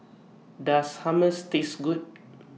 Does Hummus Taste Good